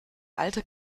alte